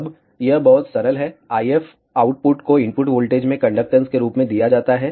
अब यह बहुत सरल है IF आउटपुट को इनपुट वोल्टेज में कंडक्टेन्स के रूप में दिया जाता है